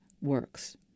works